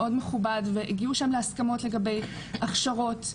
מאוד מכובד והגיעו לשם להסכמות לגבי הכשרות,